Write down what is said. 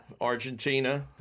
Argentina